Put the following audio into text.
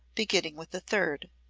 beginning with the third.